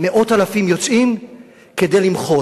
מאות אלפים יוצאים כדי למחות.